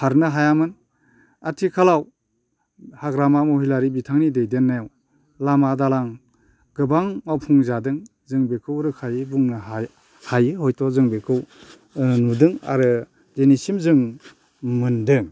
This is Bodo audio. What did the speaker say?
खारनो हायामोन आथिखालाव हाग्रामा महिलारि बिथांनि दैदेननायाव लामा दालां गोबां मावफुंजादों जों बेखौ रोखायै बुंनो हायो हयथ' जों बेखौ नुदों आरो दिनैसिम जों मोनदों